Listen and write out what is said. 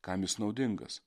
kam jis naudingas